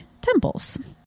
temples